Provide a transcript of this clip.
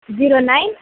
zero nine